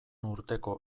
urteko